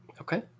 Okay